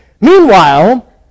Meanwhile